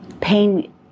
Pain